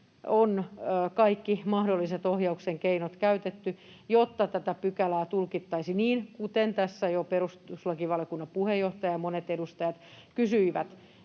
on kaikki mahdolliset ohjauksen keinot käytetty, jotta tätä pykälää tulkittaisiin niin, kuten tässä jo perustuslakivaliokunnan puheenjohtaja ja monet edustajat kysyivät.